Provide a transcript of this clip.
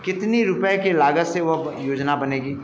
कितने रुपये के लागत से वह योजना बनेगी